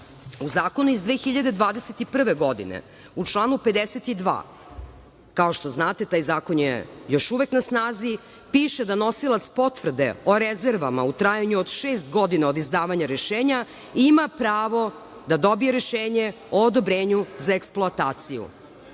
u zakonu iz 2021. godine u članu 52. kao što znate, taj zakon je još uvek na snazi, piše da nosilac potvrde o rezervama u trajanju od šest godina od izdavanja rešenja ima pravo da dobije rešenje o odobrenju za eksploataciju. Kada